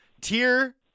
Tier